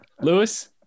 Lewis